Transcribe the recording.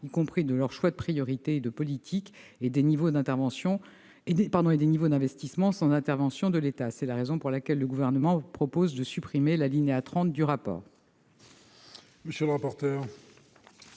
y compris en termes de choix de priorités et de politiques et de niveaux d'investissement, sans intervention de l'État. C'est la raison pour laquelle le Gouvernement propose de supprimer l'alinéa 30 du rapport